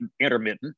intermittent